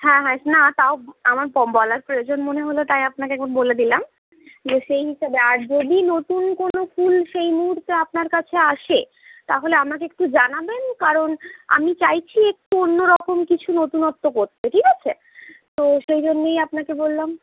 হ্যাঁ হ্যাঁ না তাও আমার বলার প্রয়োজন মনে হল তাই আপনাকে এখন বলে দিলাম যে সেই হিসাবে আর যদি নতুন কোনো ফুল সেই মুহূর্তে আপনার কাছে আসে তাহলে আমাকে একটু জানাবেন কারণ আমি চাইছি একটু অন্যরকম কিছু নতুনত্ব করতে ঠিক আছে তো সেইজন্যই আপনাকে বললাম